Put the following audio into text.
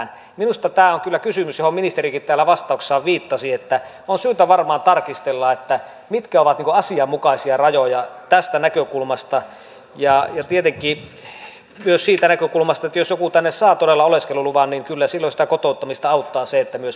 minusta tämä on kyllä kysymys johon ministerikin täällä vastauksessaan viittasi eli on syytä varmaan tarkistella mitkä ovat asianmukaisia rajoja tästä näkökulmasta ja tietenkin myös siitä näkökulmasta että jos joku tänne saa todella oleskeluluvan niin kyllä silloin sitä kotouttamista auttaa se että myös perheasia on järjestyksessä